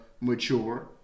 mature